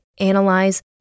analyze